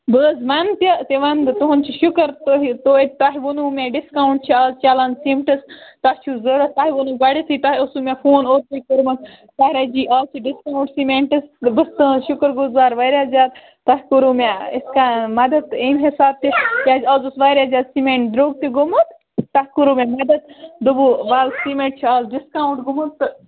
بہٕ حظ وَنہٕ تہِ تہِ وَنہٕ بہٕ تُہُنٛد چھِ شُکر تۄہہِ تویتہِ تۄہہِ ووٚنوُ مےٚ ڈِسکاوُنٛٹ چھِ آز چلان سیٖمٹَس تۄہہِ چھُو ضوٚرتھ تۄہہِ ووٚنوُ گۄڈٮ۪تھٕے تۄہہِ اوسوُ مےٚ فون اوترَے کوٚرمُت طاہرہ جی آز چھِ ڈِسکاوُنٛٹ سیٖمٮ۪نٹَس بہٕ چھَس تُہٕنٛز شُکُر گُزار واریاہ زیادٕ تۄہہِ کوٚروُ مےٚ یِتھ کَنۍ مَدد تہٕ اَمہِ حسابہٕ تہِ کیٛازِ آز اوس واریاہ زیادٕ سیٖمٮ۪نٛٹ درٛوٚگ تہِ گوٚمُت تۄہہِ کوٚروُ مےٚ مَدد دوٚپوُ وَل سیٖمٮ۪نٛٹ چھِ آز ڈِسکاوُنٛٹ گوٚمُت تہٕ